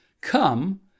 come